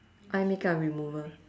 eye makeup remover